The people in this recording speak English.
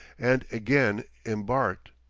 and again embarked.